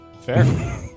Fair